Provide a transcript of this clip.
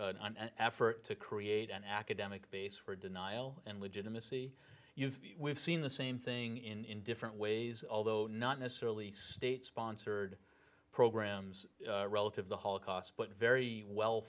an effort to create an academic base for denial and legitimacy you've seen the same thing in in different ways although not necessarily state sponsored programs relative the holocaust but very well